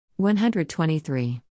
123